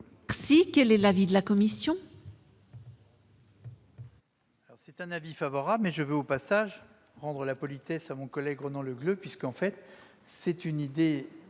Quel est l'avis de la commission ?